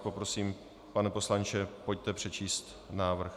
Poprosím vás, pane poslanče, pojďte přečíst návrh.